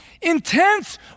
Intense